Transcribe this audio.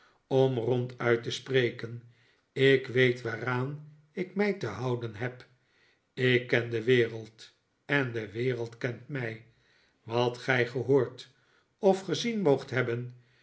om ronduit te spreken ik weet waaraan ik mij te houden heb ik ken de wereld en de wereld kent mij wat gij gehoord of gezien moogt hebben